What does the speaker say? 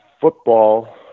Football